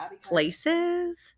places